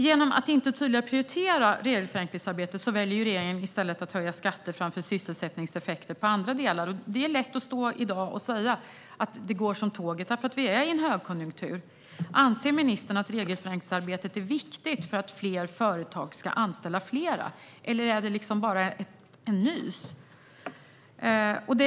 Genom att inte tydligare prioritera regelförenklingsarbetet väljer regeringen höjda skatter framför sysselsättningseffekter på andra delar. Det är lätt att säga att det går som tåget i dag eftersom vi är i en högkonjunktur. Anser ministern att regelförenklingsarbetet är viktigt för att fler företag ska anställa fler, eller är det bara nys?